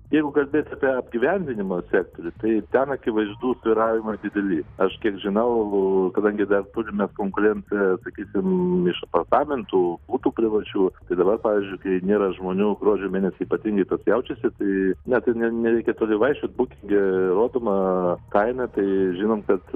jeigu kalbėt apie apgyvendinimo sektorių tai ten akivaizdu svyravimai dideli aš kiek žinau kadangi dar turim mes konkurenciją sakysim iš apartamentų butų privačių tai dabar pavyzdžiui kai nėra žmonių gruodžio mėnesį ypatingai tas jaučiasi tai net ir ne nereikia toli vaikščiot bukinge rodoma kaina tai žinom kad